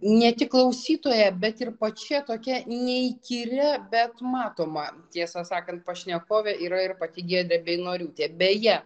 ne tik klausytoja bet ir pačia tokia neįkyria bet matoma tiesą sakant pašnekove yra ir pati giedrė beinoriūtė beje